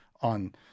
on